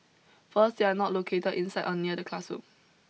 first they are not located inside or near the classroom